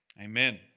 Amen